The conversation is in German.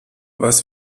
was